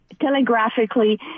telegraphically